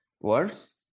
words